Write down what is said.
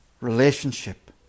relationship